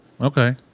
Okay